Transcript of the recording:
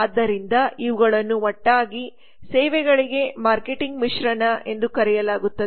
ಆದ್ದರಿಂದ ಇವುಗಳನ್ನು ಒಟ್ಟಾಗಿ ಸೇವೆಗಳಿಗೆ ಮಾರ್ಕೆಟಿಂಗ್ ಮಿಶ್ರಣ ಎಂದು ಕರೆಯಲಾಗುತ್ತದೆ